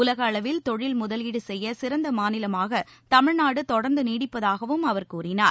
உலக அளவில் தொழில் முதலீடு செய்ய சிறந்த மாநிலமாக தமிழ்நாடு தொடர்ந்து நீடிப்பதாகவும் அவர் கூறினார்